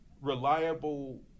reliable